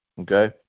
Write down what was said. Okay